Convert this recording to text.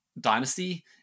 Dynasty